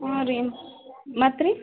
ಹ್ಞೂ ರೀ ಮತ್ತೆ ರೀ